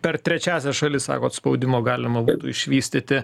per trečiąsias šalis sakot spaudimo galima būtų išvystyti